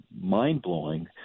mind-blowing